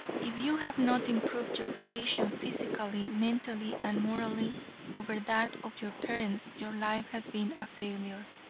if you have not improved your condition physically, mentally and morally over that of your parents, your life has been a failure.